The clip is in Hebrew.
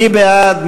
מי בעד?